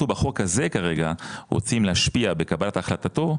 אנחנו בחוק הזה כרגע רצים להשפיע בקבלת החלטתו,